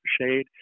shade